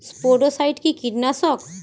স্পোডোসাইট কি কীটনাশক?